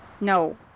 No